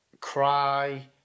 cry